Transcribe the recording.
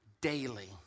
daily